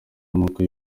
amoko